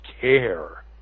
care